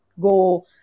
go